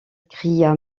cria